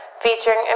featuring